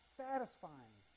satisfying